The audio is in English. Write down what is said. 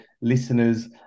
listeners